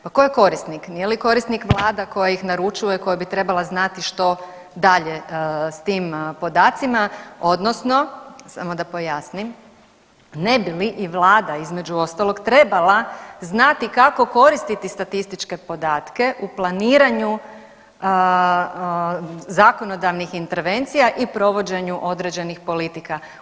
Pa ko je korisnik, nije li korisnik koja ih naručuje, koja bi trebala znati što dalje s tim podacima odnosno samo da pojasnim, ne bi li i vlada između ostalog trebala znati kako koristiti statističke podatke u planiranju zakonodavnih intervencija i provođenju određenih politika.